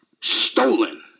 stolen